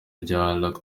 rya